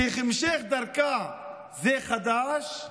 שהמשך דרכה זה חד"ש,